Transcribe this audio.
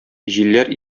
җилләр